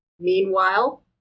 Meanwhile